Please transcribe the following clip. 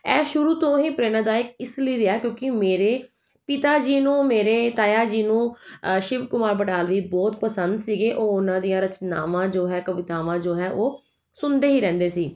ਇਹ ਸ਼ੁਰੂ ਤੋਂ ਹੀ ਪ੍ਰੇਰਨਾਦਾਇਕ ਇਸ ਲਈ ਰਿਹਾ ਕਿਉਂਕਿ ਮੇਰੇ ਪਿਤਾ ਜੀ ਨੂੰ ਮੇਰੇ ਤਾਇਆ ਜੀ ਨੂੰ ਸ਼ਿਵ ਕੁਮਾਰ ਬਟਾਲਵੀ ਬਹੁਤ ਪਸੰਦ ਸੀਗੇ ਉਹ ਉਹਨਾਂ ਦੀਆਂ ਰਚਨਾਵਾਂ ਜੋ ਹੈ ਕਵਿਤਾਵਾਂ ਜੋ ਹੈ ਉਹ ਸੁਣਦੇ ਹੀ ਰਹਿੰਦੇ ਸੀ